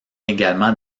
également